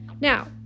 Now